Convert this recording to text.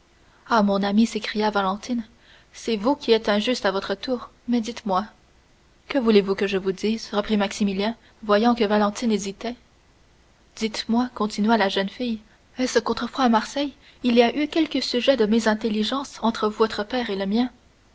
ah mon ami s'écria valentine c'est vous qui êtes injuste à votre tour mais dites-moi que voulez-vous que je vous dise reprit maximilien voyant que valentine hésitait dites-moi continua la jeune fille est-ce qu'autrefois à marseille il y a eu quelque sujet de mésintelligence entre votre père et le mien